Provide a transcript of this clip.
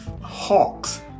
Hawks